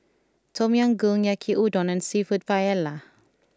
Tom Yam Goong Yaki udon and Seafood Paella